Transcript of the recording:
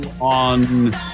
on